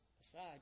aside